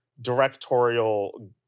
directorial